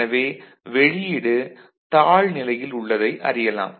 எனவே வெளியீடு தாழ் நிலையில் உள்ளதை அறியலாம்